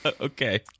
Okay